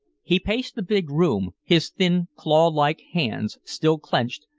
he paced the big room, his thin claw-like hands still clenched,